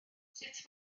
sut